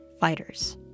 fighters